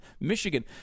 Michigan